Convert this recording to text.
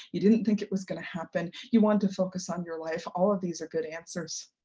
you didn't think it was gonna happen, you wanted to focus on your life, all of these are good answers.